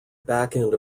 backend